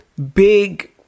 Big